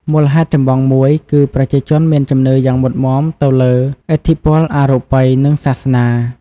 មូលហេតុចម្បងមួយ គឺប្រជាជនមានជំនឿយ៉ាងមុតមាំទៅលើ ឥទ្ធិពលអរូបី និងសាសនា។